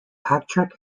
patrick